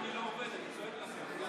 האלקטרוני לא עובד, אני צועק לכם,